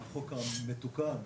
החוק המתוקן,